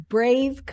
Brave